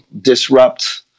disrupt